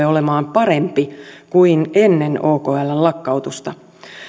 olemaan parempi kuin ennen okln lakkautusta